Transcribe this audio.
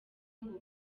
ngo